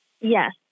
Yes